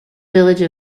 village